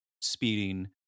speeding